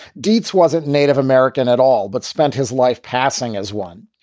dietz wasn't native american at all, but spent his life passing as one.